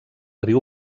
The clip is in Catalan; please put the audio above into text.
riu